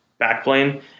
backplane